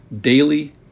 daily